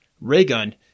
Raygun